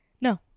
No